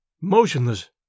motionless